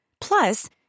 Plus